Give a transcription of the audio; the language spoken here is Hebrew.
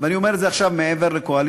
ואני אומר את זה עכשיו מעבר לקואליציה,